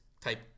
type